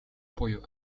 буюу